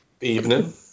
evening